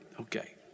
Okay